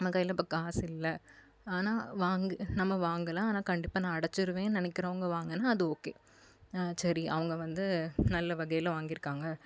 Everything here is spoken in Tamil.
நம்ம கையில் இப்போ காசு இல்லை ஆனால் வாங்கி நம்ம வாங்கலாம் ஆனால் கண்டிப்பாக நான் அடைச்சிருவேன் நினக்கிறவங்க வாங்கினா அது ஓகே சரி அவங்க வந்து நல்ல வகையில் வாங்கியிருக்காங்க